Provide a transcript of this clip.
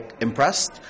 impressed